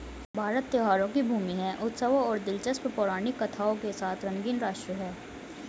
भारत त्योहारों की भूमि है, उत्सवों और दिलचस्प पौराणिक कथाओं के साथ रंगीन राष्ट्र है